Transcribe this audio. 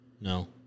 No